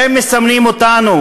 הם מסמנים אותנו,